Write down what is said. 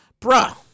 Bruh